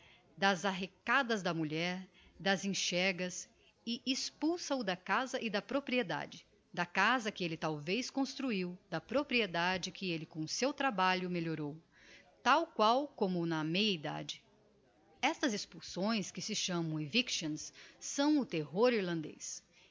das arrecadas da mulher das enxergas e expulsa o da casa e da propriedade da casa que elle talvez construiu da propriedade que elle com o seu trabalho melhorou tal qual como na meia edade estas expulsões que se chamam evictions são o terror irlandez que ha-de